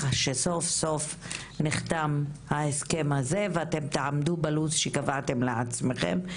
שסוף סוף נחתם ההסכם הזה ושאתם תעמדו בלוח הזמנים שאתם העמדתם לעצמכם,